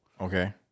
okay